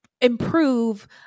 improve